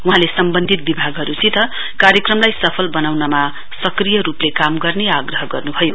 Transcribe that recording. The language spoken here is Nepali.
वहाँले सम्बन्धित विभागहरूसित कार्यक्रमलाई सफल बनाउनमा सक्रिय रूपले काम गर्ने आग्रह गर्नुभयो